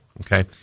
okay